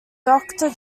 doctor